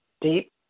deep